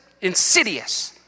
insidious